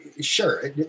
sure